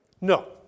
No